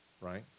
right